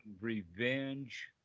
revenge